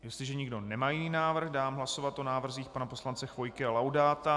Jestliže nikdo nemá jiný návrh, dám hlasovat o návrzích pana poslance Chvojky a Laudáta.